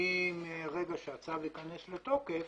מרגע שהצו ייכנס לתוקף,